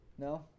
No